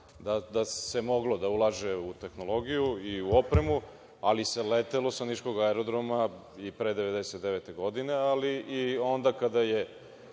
da se moglo ulagati u tehnologiju i u opremu, ali se letelo sa niškog aerodroma i pre 1999. godine, ali i onda kada je